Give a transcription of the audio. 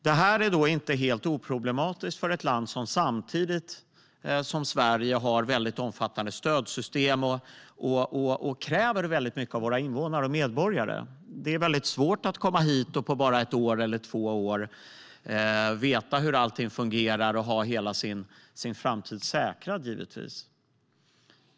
Det här är inte helt oproblematiskt för ett land som Sverige, som samtidigt har väldigt omfattande stödsystem och kräver väldigt mycket av sina invånare och medborgare. Det är väldigt svårt att komma hit och på bara ett år eller två veta hur allting fungerar och ha hela sin framtid säkrad.